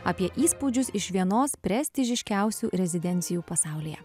apie įspūdžius iš vienos prestižiškiausių rezidencijų pasaulyje